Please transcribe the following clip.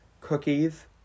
Cookies